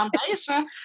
foundation